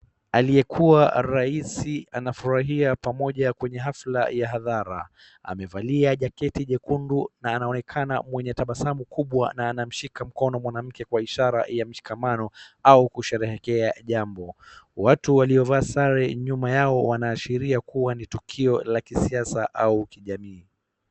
Aliyekua rais anafurahia pamoja na kwenye hafla ya hadhara. Amevalia jaketii jekundu na anaonekana mwenye tabasamu kubwa na anamshika mkono mwanamke kwa ishara ya mshikamanao au kusheherekea jambo. Watu waliovaa sare nyuma yao wanaashiria kuwa ni tukio la kisiasa au kijamii.